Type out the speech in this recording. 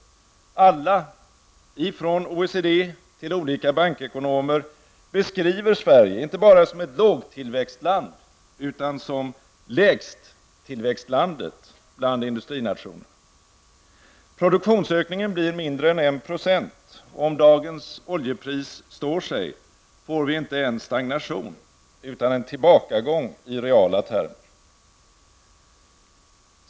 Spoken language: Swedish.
Alla -- ifrån OECD till olika bankekonomer -- beskriver Sverige inte bara som ett lågtillväxtland utan som lägsttillväxtlandet bland industrinationerna. Produktionsökningen blir mindre än 1 %. Om dagens höga oljepris står sig, får vi inte ens stagnation utan en tillbakagång i reala termer.